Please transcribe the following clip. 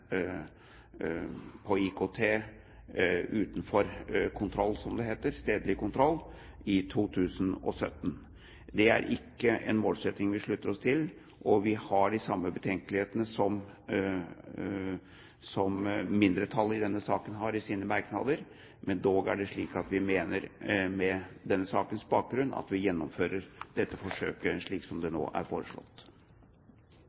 utenfor stedlig kontroll, som det heter – i 2017. Det er ikke en målsetting vi slutter oss til, og vi har de samme betenkelighetene som mindretallet i denne saken har i sine merknader, men vi mener dog, med denne sakens bakgrunn, at vi gjennomfører dette forsøket slik som det